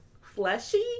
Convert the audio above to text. fleshy